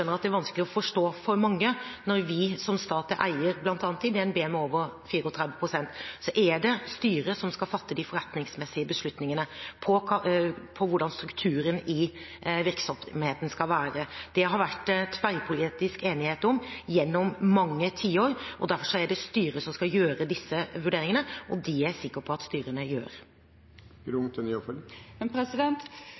vi som stat er eier bl.a. i DNB, med over 34 pst., så er det styret som skal fatte de forretningsmessige beslutningene om hvordan strukturen i virksomheten skal være. Det har det vært tverrpolitisk enighet om gjennom mange tiår. Derfor er det styrene som skal gjøre disse vurderingene, og dem er jeg sikker på at styrene gjør.